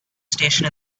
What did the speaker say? station